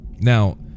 now